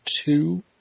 two